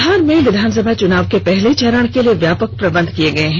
बिहार में विधानसभा चुनाव के पहले चरण के लिए व्यापक प्रबंध किये गए हैं